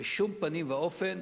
בשום פנים ואופן,